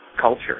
culture